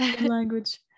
language